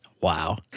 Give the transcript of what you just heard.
Wow